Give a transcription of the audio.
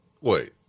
Wait